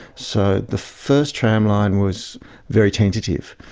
so the first tramline was very tentative.